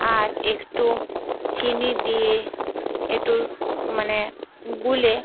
আর একটু চিনি দিয়ে একটু মানে গুলে